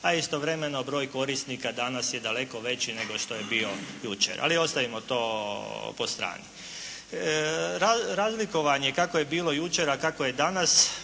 a istovremeno broj korisnika danas je daleko veći nego što je bio jučer. Ali ostavimo to po strani. Razlikovanje kako je bilo jučer a kako je bilo